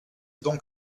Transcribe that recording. donc